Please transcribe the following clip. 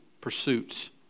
pursuits